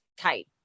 type